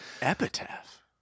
Epitaph